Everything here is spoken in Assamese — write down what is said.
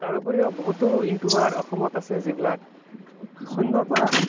তাৰোপৰি বহুতো ইউটিউবাৰে অসমত আছে যিবিলাক শূন্যৰ পৰা